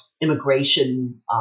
immigration